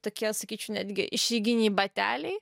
tokie sakyčiau netgi išeiginiai bateliai